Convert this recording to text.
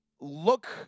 look